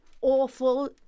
awful